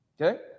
okay